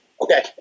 Okay